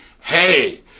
hey